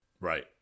Right